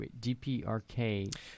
DPRK